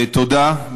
תודה.